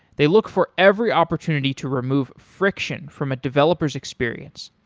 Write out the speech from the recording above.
they look for every opportunity to remove friction from a developer's experience.